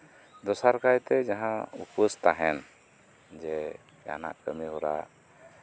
ᱫᱚᱥᱟᱨ ᱠᱟᱭᱛᱮ ᱡᱟᱦᱟᱸ ᱩᱯᱟᱹᱥ ᱛᱟᱦᱮᱱ ᱡᱮ ᱡᱟᱦᱟᱱᱟᱜ ᱠᱟᱹᱢᱤᱦᱚᱨᱟ